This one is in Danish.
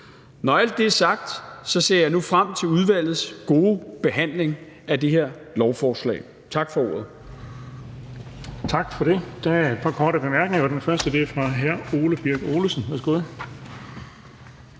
Når alt det er sagt, ser jeg nu frem til udvalgets gode behandling af det her lovforslag. Tak for ordet.